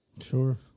Sure